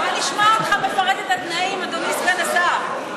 בא נשמע אותך מפרט את התנאים, אדוני סגן השר.